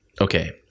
Okay